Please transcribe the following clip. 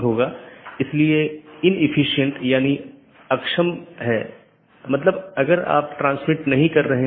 यहाँ multi home AS के 2 या अधिक AS या उससे भी अधिक AS के ऑटॉनमस सिस्टम के कनेक्शन हैं